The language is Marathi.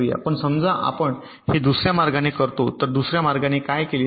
पण समजा आपण हे दुसर्या मार्गाने करतो तर दुसर्या मार्गाने काय केले जाते